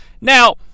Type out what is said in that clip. Now